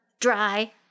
Dry